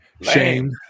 Shame